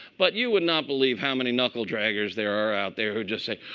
but you would not believe how many knuckle draggers there are out there who just say,